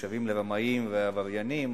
נחשבים לרמאים ולעבריינים,